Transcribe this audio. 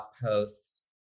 post